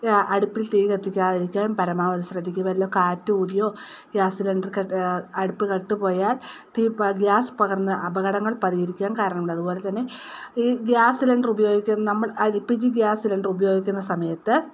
അടുപ്പിൽ തീ കത്തിക്കാതിരിക്കാൻ പരമാവധി ശ്രദ്ധിക്കുമല്ലോ കാറ്റ് ഊതിയോ ഗ്യാസ് സിലിണ്ടർ അടുപ്പ് കെട്ടുപോയാൽ തീ ഗ്യാസ് പകർന്ന് അപകടങ്ങൾ പതിയിരിക്കാൻ കാരണമുണ്ട് അതുപോലെതന്നെ ഈ ഗ്യാസ് സിലിണ്ടർ ഉപയോഗിക്കുന്ന നമ്മൾ L P G gas cylinder ഉപയോഗിക്കുന്ന സമയത്ത്